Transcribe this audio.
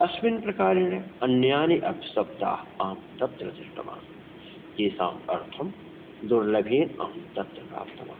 अस्मिन् प्रकारेण अन्यानि अक्शब्दाः आम् तत्र जिष्टमान् एषां अर्थं दुर्लभे अहं तत्र प्राप्तवान्